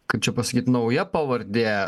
kaip čia pasakyt nauja pavardė